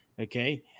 okay